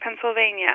Pennsylvania